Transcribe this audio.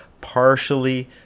partially